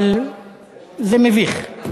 אבל זה מביך.